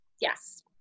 yes